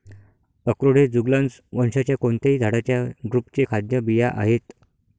अक्रोड हे जुगलन्स वंशाच्या कोणत्याही झाडाच्या ड्रुपचे खाद्य बिया आहेत